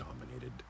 dominated